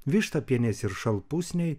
vištapienės ir šalpusniai